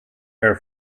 air